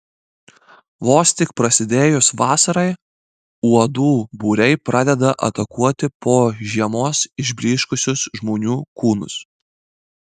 vos tik prasidėjus vasarai uodų būriai pradeda atakuoti po žiemos išblyškusius žmonių kūnus